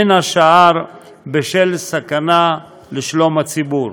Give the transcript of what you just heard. בין השאר בשל סכנה לשלום הציבור.